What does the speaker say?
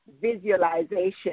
visualization